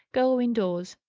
go indoors.